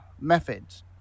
methods